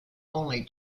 only